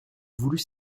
voulut